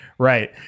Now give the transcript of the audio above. Right